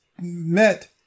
met